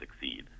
succeed